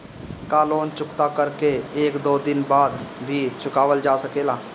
का लोन चुकता कर के एक दो दिन बाद भी चुकावल जा सकेला?